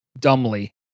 dumbly